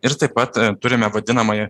ir taip pat turime vadinamąjį